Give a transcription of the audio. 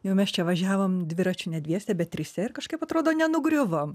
jau mes čia važiavom dviračiu ne dviese bet trise ir kažkaip atrodo nenugriuvom